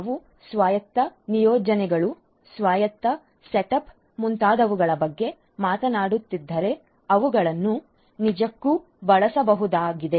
ನಾವು ಸ್ವಾಯತ್ತ ನಿಯೋಜನೆಗಳು ಸ್ವಾಯತ್ತ ಸಂಯೋಜನೆ ಮುಂತಾದವುಗಳ ಬಗ್ಗೆ ಮಾತನಾಡುತ್ತಿದ್ದರೆ ಅವುಗಳನ್ನು ನಿಜಕ್ಕೂ ಬಳಸಬಹುದಾಗಿದೆ